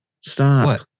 stop